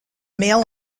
mail